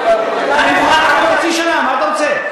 אני מוכן לחכות חצי שנה, מה אתה רוצה?